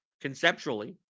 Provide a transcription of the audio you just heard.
conceptually